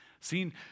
Seen